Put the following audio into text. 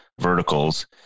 verticals